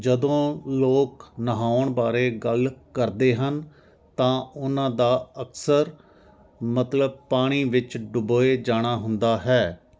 ਜਦੋਂ ਲੋਕ ਨਹਾਉਣ ਬਾਰੇ ਗੱਲ ਕਰਦੇ ਹਨ ਤਾਂ ਉਹਨਾਂ ਦਾ ਅਕਸਰ ਮਤਲਬ ਪਾਣੀ ਵਿੱਚ ਡੁਬੋਏ ਜਾਣਾ ਹੁੰਦਾ ਹੈ